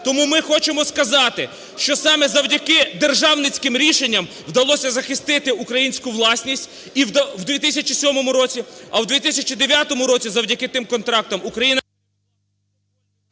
Тому ми хочемо сказати, що саме завдяки державницьким рішенням вдалося захистити українську власність у 2007 році, а у 2009 році завдяки тим контрактам Україна…